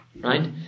right